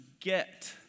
get